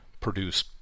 produce